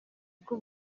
bwo